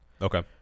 Okay